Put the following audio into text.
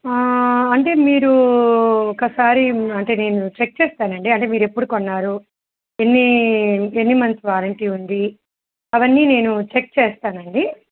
అంటే మీర ఒకసారి అంటే నేను చెక్ చేస్తానండి అంటే మీరు ఎప్పుడు కొన్నారు ఎన్ని ఎన్ని మంత్స్ వారంటీ ఉంది అవన్నీ నేను చెక్ చేస్తానండి